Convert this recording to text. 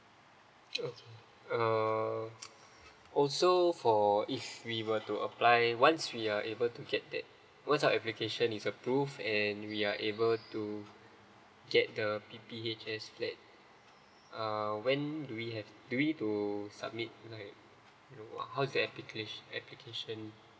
oh uh also for if we were to apply once we are able to get that once our application is approved and we are able to get the P_P_H_S flat uh when do we have do we to submit like you know how the application the application